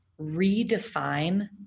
redefine